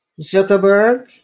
Zuckerberg